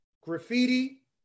graffiti